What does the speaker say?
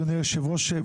אדוני היושב ראש,